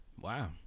Wow